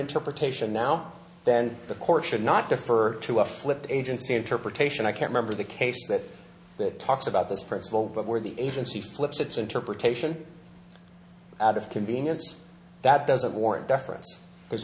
interpretation now then the court should not defer to a flipped agency interpretation i can remember the case that that talks about this principle but where the agency flips its interpretation out of convenience that doesn't warrant deference because